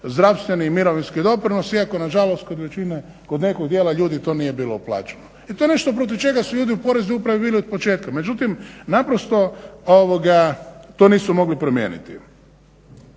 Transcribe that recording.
zdravstveni i mirovinski doprinos iako nažalost kod nekog dijela ljudi to nije bilo uplaćeno i to je nešto protiv čega su ljudi u Poreznoj upravi bili otpočetka, međutim naprosto to nisu mogli promijeniti.